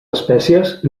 espècies